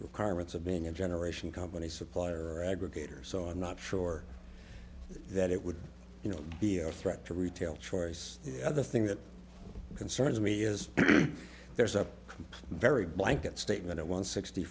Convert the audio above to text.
requirements of being a generation company supplier aggregators so i'm not sure that it would you know be a threat to retail choice other thing that concerns me is there's a very blanket statement at one sixty